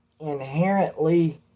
inherently